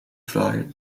vragen